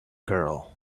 girl